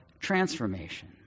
transformation